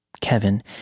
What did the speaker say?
Kevin